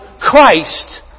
Christ